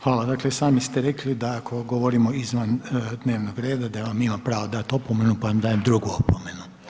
Hvala, dakle i sami ste rekli da ako govorimo izvan dnevnog reda, da vam imam pravo dati opomenu, pa vam dajem drugu opomenu.